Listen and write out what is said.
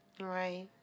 Right